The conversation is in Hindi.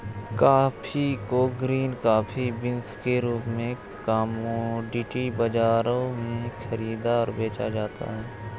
कॉफी को ग्रीन कॉफी बीन्स के रूप में कॉमोडिटी बाजारों में खरीदा और बेचा जाता है